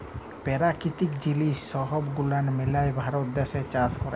পেরাকিতিক জিলিস সহব গুলান মিলায় ভারত দ্যাশে চাষ ক্যরে